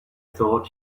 thought